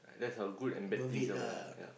that's our good and bad things over there ya